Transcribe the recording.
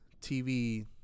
TV